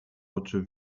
oczy